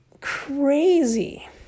crazy